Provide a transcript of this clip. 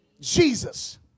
Jesus